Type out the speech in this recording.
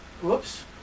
Whoops